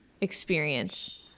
experience